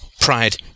pride